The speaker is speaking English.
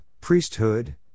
priesthood